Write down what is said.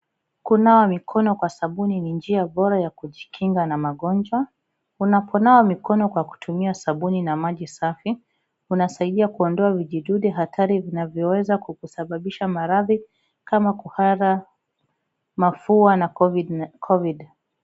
Kunawa mikono kwa sabuni ni njia bora ya kujikinga na magonjwa. Unaponawa mikono kwa kutumia sabuni na maji safi unasaidia kuondoa vijidudu hatari vinavyoweza kusababisha maradhi kama vile kuhara, mafua na kovid .